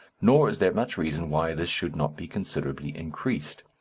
nor is there much reason why this should not be considerably increased.